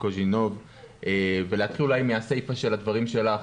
קוז'ינוב ולהתחיל אולי מהסיפא של הדברים שלך.